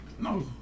No